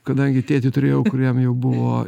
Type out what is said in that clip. kadangi tėtį turėjau kuriam jau buvo